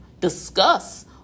discuss